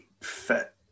fit